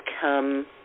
come